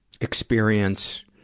experience